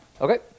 Okay